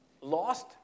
lost